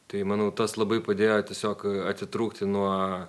tai manau tas labai padėjo tiesiog atitrūkti nuo